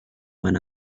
when